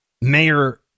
Mayor